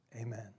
Amen